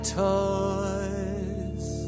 toys